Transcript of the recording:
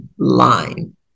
Line